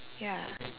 ya